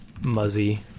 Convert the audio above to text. muzzy